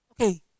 Okay